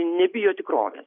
nebijo tikrovės